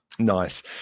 Nice